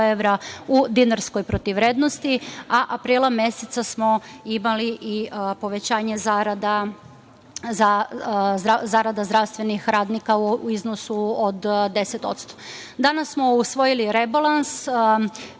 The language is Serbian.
u dinarskoj protivvrednosti, a aprila meseca smo imali i povećanje zarada zdravstvenih radnika u iznosu od 10%.Danas smo usvojili rebalans.